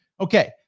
Okay